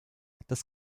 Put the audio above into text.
das